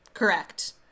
Correct